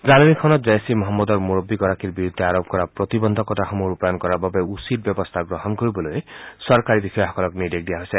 জাননীখনত জইচ ঈ মহম্মদৰ মুৰববীগৰাকীৰ বিৰুদ্ধে আৰোপ কৰা প্ৰতিবন্ধকতাসমূহ ৰূপায়ণ কৰাৰ বাবে উচিত ব্যৱস্থা গ্ৰহণ কৰিবলৈ চৰকাৰী বিষয়াসকলক নিৰ্দেশ দিয়া হৈছে